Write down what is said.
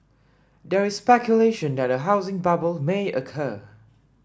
there is speculation that a housing bubble may occur